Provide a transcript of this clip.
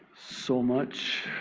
so much.